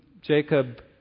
Jacob